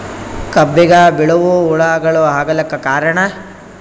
ಕಬ್ಬಿಗ ಬಿಳಿವು ಹುಳಾಗಳು ಆಗಲಕ್ಕ ಕಾರಣ?